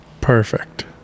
Perfect